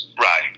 Right